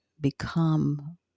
become